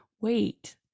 wait